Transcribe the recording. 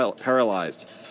paralyzed